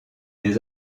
des